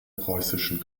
preußischen